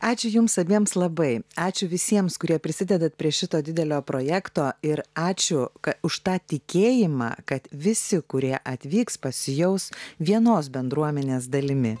ačiū jums abiems labai ačiū visiems kurie prisidedat prie šito didelio projekto ir ačiū ka už tą tikėjimą kad visi kurie atvyks pasijaus vienos bendruomenės dalimi